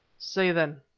say, then,